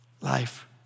life